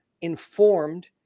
informed